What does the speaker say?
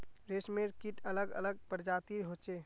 रेशमेर कीट अलग अलग प्रजातिर होचे